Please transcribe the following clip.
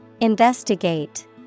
Investigate